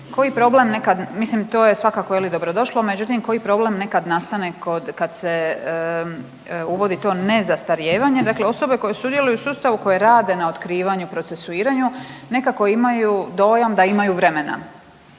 koji problem nekad nastane kad se uvodi to nezastarijevanje. Dakle, osobe koje sudjeluju u sustavu, koje rade na otkrivanju, procesuiranju nekako imaju dojam da imaju vremena.